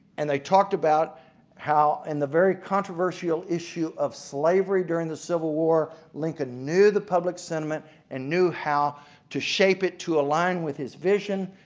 and they talked about how on and the very controversial issue of slavery during the civil war lincoln knew the public sentiment and knew how to shape it to align with his vision.